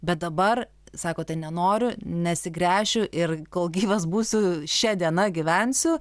bet dabar sakote nenoriu nesigręšiu ir kol gyvas būsiu šia diena gyvensiu